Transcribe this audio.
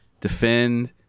defend